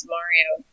Mario